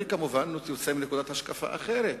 אני כמובן יוצא מנקודת השקפה אחרת,